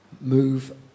Move